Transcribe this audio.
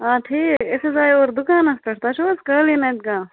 آ ٹھیٖک أسۍ حظ آیہِ اورٕ دُکانَس پٮ۪ٹھ تۄہہِ چھُو حظ قٲلیٖن اَتہِ کانٛہہ